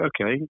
okay